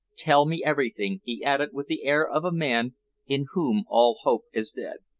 tell me everything, he added with the air of a man in whom all hope is dead.